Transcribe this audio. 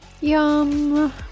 Yum